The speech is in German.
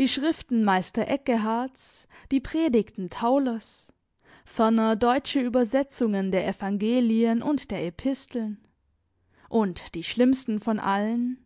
die schriften meister eckeharts die predigten taulers ferner deutsche übersetzungen der evangelien und der episteln und die schlimmsten von allen